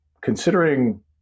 considering